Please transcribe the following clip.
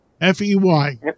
F-E-Y